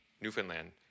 Newfoundland